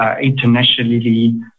internationally